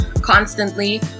constantly